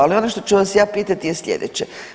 Ali ono što ću vas ja pitati je sljedeće.